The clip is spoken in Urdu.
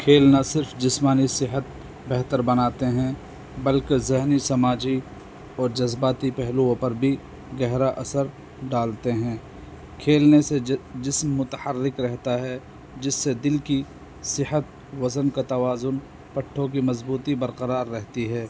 کھیل نہ صرف جسمانی صحت بہتر بناتے ہیں بلکہ ذہنی سماجی اور جذباتی پہلوؤں پر بھی گہرا اثر ڈالتے ہیں کھیلنے سے جسم متحرک رہتا ہے جس سے دل کی صحت وزن کا توازن پٹھوں کی مضبوطی برقرار رہتی ہے